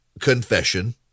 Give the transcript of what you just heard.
confession